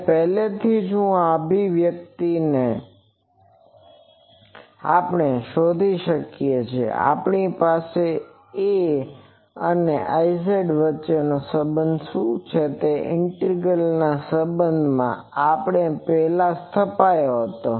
અને પહેલાથી જ આ અભિવ્યક્તિ આપણે શોધી કાઢી છે કે જો આપણી પાસે A અને Iz વચ્ચેનો સંબંધ શું છે તે ઇન્ટિગ્રલસંબંધ અપડે પહેલા સ્થાપ્યો હતો